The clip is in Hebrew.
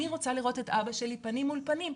אני רוצה לראות את אבא שלי פנים מול פנים,